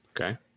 Okay